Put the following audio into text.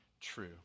true